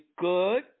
good